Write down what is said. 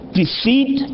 deceit